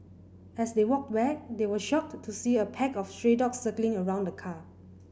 as they walked back they were shocked to see a pack of stray dogs circling around the car